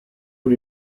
con